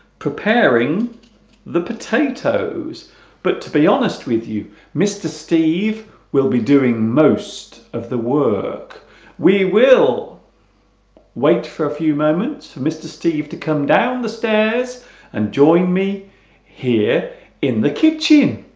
preparing the potatoes but to be honest with you mr. steve will be doing most of the work we will wait for a few moments for mr. steve to come down the stairs and join me here in the kitchen